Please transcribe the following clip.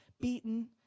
beaten